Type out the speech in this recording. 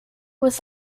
was